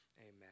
amen